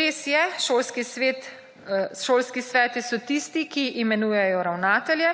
Res je, šolski sveti so tisti, ki imenujejo ravnatelje,